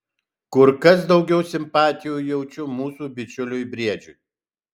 kur kas daugiau simpatijų jaučiu mūsų bičiuliui briedžiui